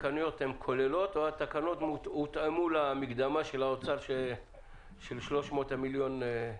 התקנות הן כוללות או התקנות הותאמו למקדמה של האוצר של 300 מיליון?